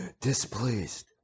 displeased